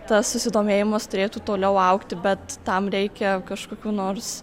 tas susidomėjimas turėtų toliau augti bet tam reikia kažkokių nors